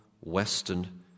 Western